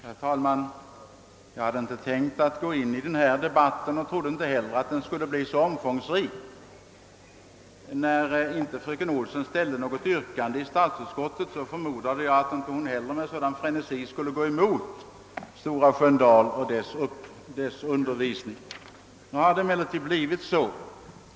Herr talman! Jag hade inte tänkt gå in i den här debatten, och jag trodde inte heller att den skulle bli så omfångsrik. Eftersom fröken Olsson inte ställde något yrkande i statsutskottet, kunde jag inte tro att hon skulle ta till orda med sådan frenesi här i kammaren. Nu har det emellertid blivit så.